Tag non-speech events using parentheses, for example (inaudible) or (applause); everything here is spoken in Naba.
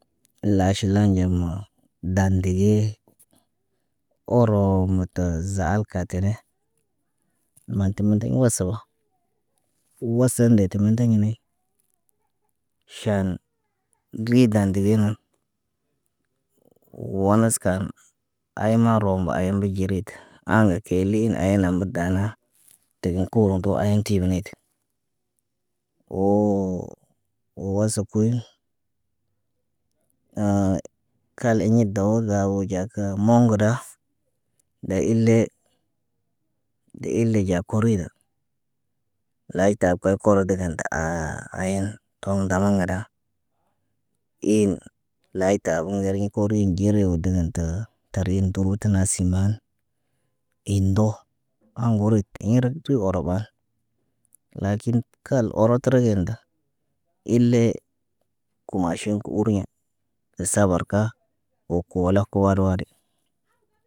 Laaʃi laanɟemo dan dege oro muta zaal katane. Mantemunteɲ wasaba. Wasan de te mindeɲ ŋgine, ʃaan ridan dege nən, wanaskaan, ay ma roma ayambe ɟerit. Aaŋgə keelina ay nam kə daanaa te gen koowonto ayen tibinet. Woo, woosab kiɲ, (hesitation) kal iɲit dawoga wo ɟaat kə moŋgo da de ile, de ile ɟa korida. Layta kal korodəgan ta aa ayan tom ndamun gəda. Iin layka tabu ŋgeriɲ ku koriyiŋg ɟire wo dəgən təə, tarin dubutina siiman. In ndoh, ɗaŋg buric iɲer tə oroɓa. Lakin kal oro tərə gen da. Il- le komaʃin kə uriɲa, sabar ka wo kuwala kuwar wadi.